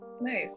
Nice